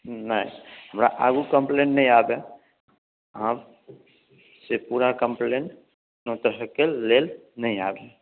नहि हमरा आगू कम्प्लैंट नहि आबय आबसँ पूरा कम्प्लैंट नोटिसके लेल नहि आबी